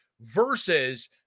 versus